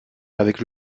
avec